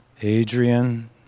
Adrian